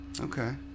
Okay